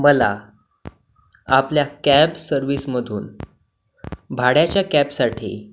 मला आपल्या कॅब सर्विसमधून भाड्याच्या कॅबसाठी